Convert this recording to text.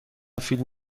فیلم